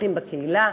השירותים בקהילה.